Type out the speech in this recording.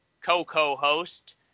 co-co-host